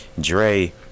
Dre